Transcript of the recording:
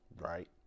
right